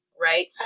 Right